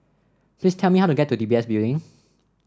please tell me how to get to D B S Building